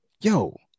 Yo